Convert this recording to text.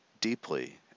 deeply